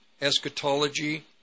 eschatology